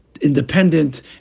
independent